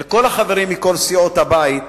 אל כל החברים מכל סיעות הבית,